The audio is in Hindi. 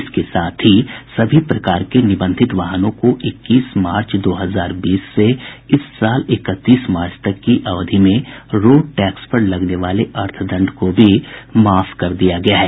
इसके साथ ही सभी प्रकार के निबंधित वाहनों को इक्कीस मार्च दो हजार बीस से इस साल इकतीस मार्च तक की अवधि में रोड टैक्स पर लगने वाले अर्थदंड को भी माफ किया गया है